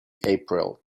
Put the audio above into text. april